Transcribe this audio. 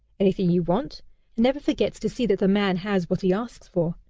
anything you want and never forgets to see that the man has what he asks for.